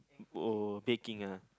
oh baking ah